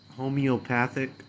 homeopathic